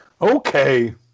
Okay